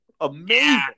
amazing